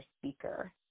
speaker